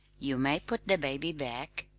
you may put the baby back,